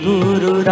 Guru